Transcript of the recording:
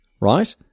right